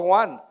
one